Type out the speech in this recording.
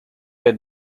had